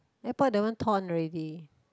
airport that one torn already